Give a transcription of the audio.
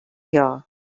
here